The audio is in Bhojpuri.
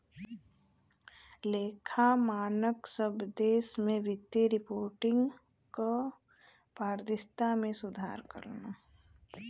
लेखा मानक सब देश में वित्तीय रिपोर्टिंग क पारदर्शिता में सुधार करलन